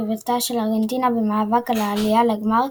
יריבתה של ארגנטינה במאבק על העלייה לגמר,